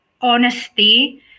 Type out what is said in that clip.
Honesty